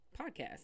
podcast